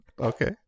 Okay